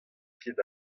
ket